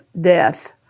death